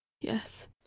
Yes